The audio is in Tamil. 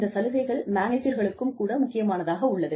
இந்த சலுகைகள் மேனேஜர்களுக்கும் கூட முக்கியமானதாக உள்ளது